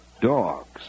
dogs